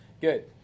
Good